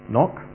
Knock